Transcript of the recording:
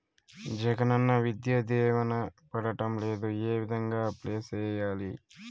జగనన్న విద్యా దీవెన పడడం లేదు ఏ విధంగా అప్లై సేయాలి